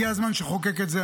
הגיע הזמן שנחוקק את זה.